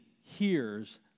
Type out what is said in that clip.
hears